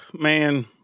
Man